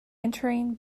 entering